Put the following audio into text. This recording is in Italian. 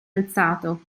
alzato